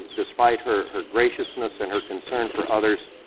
despite her her graciousness and her concern for others,